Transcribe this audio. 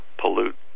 pollute